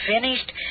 finished